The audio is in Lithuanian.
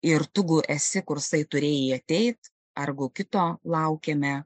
ir tugu esi kursai turėjai ateit argo kito laukiame